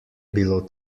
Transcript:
bilo